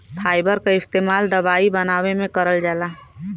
fibre क इस्तेमाल दवाई बनावे में करल जाला